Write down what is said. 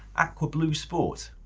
aqua blue sport,